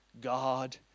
God